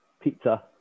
Pizza